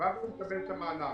ואז הוא יקבל את המענק.